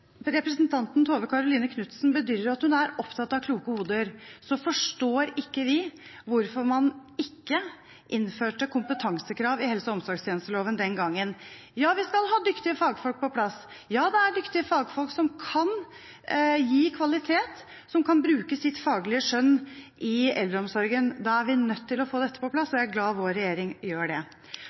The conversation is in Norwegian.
representanten Tove Karoline Knutsen bedyrer at hun er opptatt av kloke hoder, forstår ikke vi hvorfor man ikke innførte kompetansekrav i helse- og omsorgstjenesteloven den gangen. Ja, vi skal ha dyktige fagfolk på plass. Ja, det er dyktige fagfolk som kan gi kvalitet, og som kan bruke sitt faglige skjønn i eldreomsorgen. Da er vi nødt til å få dette på plass, og jeg er glad for at vår regjering gjør det.